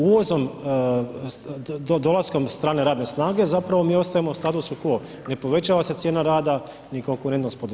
Uvozom, dolaskom strane radne snage zapravo mi ostajemo u status quo, ne povećava se cijena rada ni konkurentnost poduzeća.